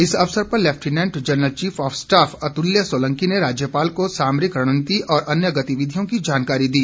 इस अवसर पर lieutenant general chief of staff Atulya Solanki ने राज्यपाल को सामरिक रणनीति और अन्य गतिविधियों की जानकारी दी